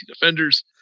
Defenders